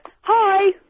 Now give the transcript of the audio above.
Hi